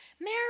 Mary